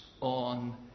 on